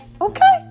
Okay